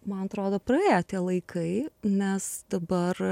man atrodo praėjo tie laikai nes dabar